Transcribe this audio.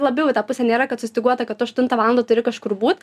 labiau į tą pusę nėra kad sustyguota kad tu aštuntą valandą turi kažkur būt